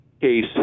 case